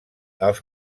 els